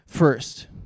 first